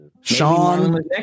sean